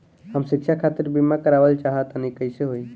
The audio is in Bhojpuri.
हम शिक्षा खातिर बीमा करावल चाहऽ तनि कइसे होई?